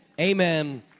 Amen